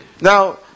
Now